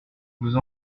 vous